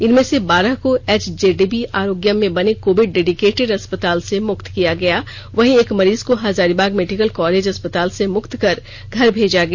इनमें से बारह को एचजेडबी आरोग्यम में बने कोविड डेडिकेटेड अस्पताल से मुक्त किया गया वहीं एक मरीज को हजारीबाग मेडिकल कॉलेज अस्पताल से मुक्त कर घर भेजा गया